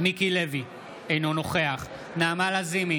מיקי לוי, אינו נוכח נעמה לזימי,